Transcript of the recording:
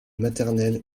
maternelle